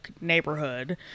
neighborhood